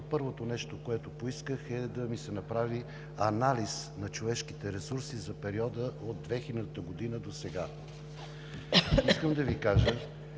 първото нещо, което поисках, е да ми се направи анализ на човешките ресурси за периода от 2000 г. досега. Искам да Ви кажа,